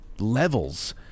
Levels